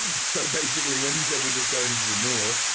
so basically, when he said we just go into the north,